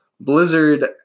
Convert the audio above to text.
Blizzard